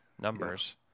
numbers